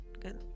good